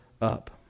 up